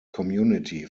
community